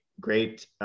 great